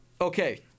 Okay